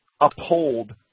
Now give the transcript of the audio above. uphold